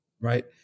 right